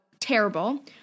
terrible